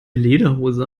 lederhose